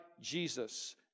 Jesus